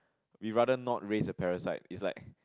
we rather not raise a parasite is like